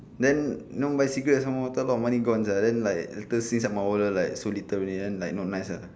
then no bicycle some more after a lot of money gone ah then like later see some older so little only then like no nice uh